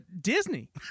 Disney